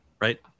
Right